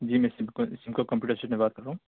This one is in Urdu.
جی میں سمکو سمکو کمپیوٹر سے بات کر رہا ہوں